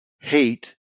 hate